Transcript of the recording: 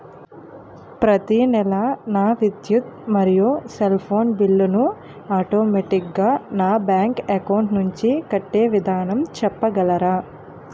ప్రతి నెల నా విద్యుత్ మరియు సెల్ ఫోన్ బిల్లు ను ఆటోమేటిక్ గా నా బ్యాంక్ అకౌంట్ నుంచి కట్టే విధానం చెప్పగలరా?